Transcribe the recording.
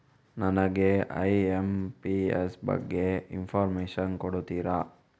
ನನಗೆ ಐ.ಎಂ.ಪಿ.ಎಸ್ ಬಗ್ಗೆ ಇನ್ಫೋರ್ಮೇಷನ್ ಕೊಡುತ್ತೀರಾ?